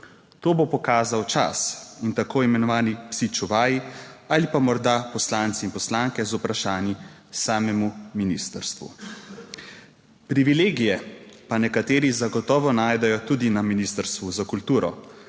To bo pokazal čas in tako imenovani psi čuvaji ali pa morda poslanci in poslanke z vprašanji samemu ministrstvu. Privilegije pa nekateri zagotovo najdejo tudi na Ministrstvu za kulturo,